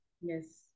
Yes